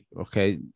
okay